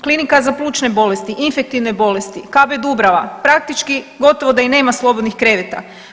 Klinika za plućne bolesti, infektivne bolesti, KB Dubrava, praktički gotovo da i nema slobodnih kreveta.